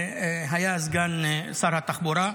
היה סגן שרת התחבורה,